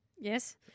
Yes